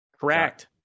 Correct